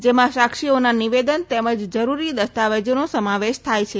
જેમાં સાક્ષીઓના નિવેદન તેમજ જરૂરી દસ્તાવેજોનો સમાવેશ થાય છે